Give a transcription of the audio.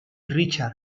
richard